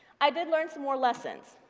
i did learn some more lessons.